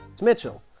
Mitchell